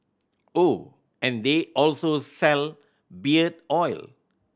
oh and they also sell beard oil